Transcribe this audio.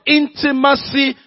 intimacy